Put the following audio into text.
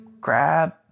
grab